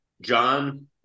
John